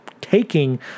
taking